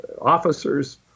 officers